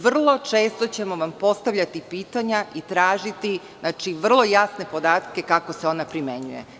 Vrlo često ćemo vam postavljati pitanja i tražiti vrlo jasne podatke kako se ona primenjuje.